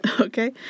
Okay